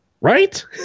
Right